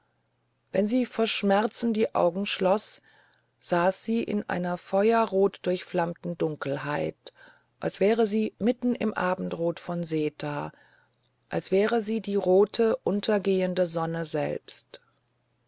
wenn sie vor schmerzen die augen schloß saß sie in einer feuerrot durchflammten dunkelheit als wäre sie mitten im abendrot von seta als wäre sie die rote untergehende sonne selbst